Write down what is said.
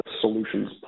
Solutions